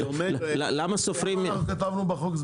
כמה זמן אנחנו כתבנו בחוק?